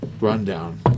rundown